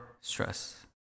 stress